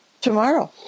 tomorrow